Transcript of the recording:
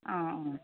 অঁ অঁ